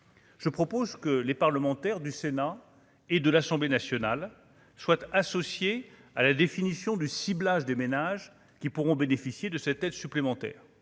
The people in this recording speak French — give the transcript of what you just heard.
Je propose que les parlementaires du Sénat et de l'Assemblée nationale souhaite associée à la définition du ciblage des ménages qui pourront bénéficier de cette aide supplémentaire,